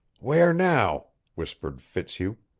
where now? whispered fitzhugh.